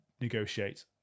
negotiate